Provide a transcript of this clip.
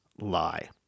lie